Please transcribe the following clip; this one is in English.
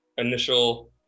Initial